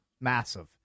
massive